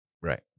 right